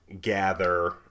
gather